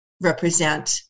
represent